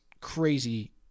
crazy